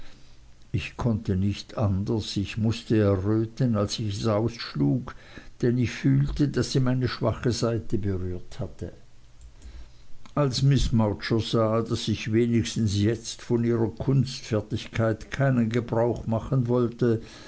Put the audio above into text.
ich konnte nicht anders ich mußte erröten als ich es ausschlug denn ich fühlte daß sie meine schwache seite berührt hatte als miß mowcher sah daß ich jetzt wenigstens von ihrer kunstfertigkeit keinen gebrach machen wollte